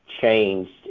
changed